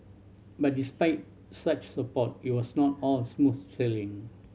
but despite such support it was not all smooth sailing